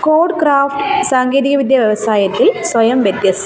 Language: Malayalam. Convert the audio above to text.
കോഡ് ക്രാഫ്റ്റ് സാങ്കേതിക വിദ്യ വ്യവസായത്തിൽ സ്വയം വ്യത്യസ്ത